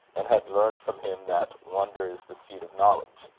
and had learned from him that wonder is the seed of knowledge,